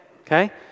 Okay